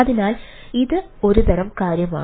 അതിനാൽ ഇത് ഒരുതരം കാര്യമാണ്